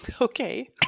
Okay